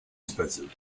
expensive